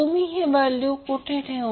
तुम्ही ही व्हॅल्यू कुठे ठेवणार